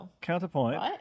counterpoint